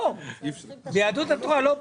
מאז השבעת הכנסת ועד כינון הממשלה.